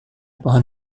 pohon